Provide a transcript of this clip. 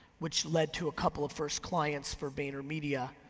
which led to a couple of first clients for vaynermedia,